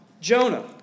Jonah